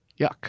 yuck